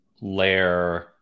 layer